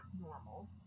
normal